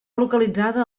localitzada